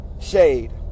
shade